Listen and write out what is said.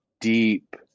deep